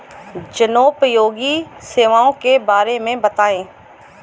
जनोपयोगी सेवाओं के बारे में बताएँ?